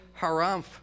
Haramph